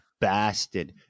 Bastard